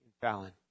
Fallon